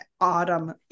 autumn